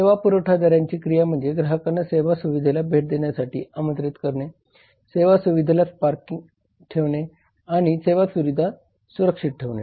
सेवा पुरवठादाराची क्रिया म्हणजे ग्राहकांना सेवा सुविधेला भेट देण्यासाठी आमंत्रित करणे सेवा सुविधेला स्पार्किंग ठेवणे आणि सुविधा सुरक्षित ठेवणे